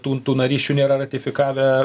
tų tų narysčių nėra ratifikavę